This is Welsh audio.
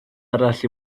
arall